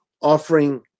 offering